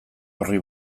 horri